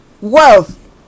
wealth